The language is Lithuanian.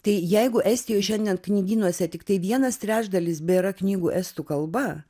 tai jeigu estijoj šiandien knygynuose tiktai vienas trečdalis bėra knygų estų kalba